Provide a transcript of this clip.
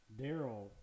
Daryl